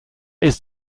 ist